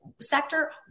sector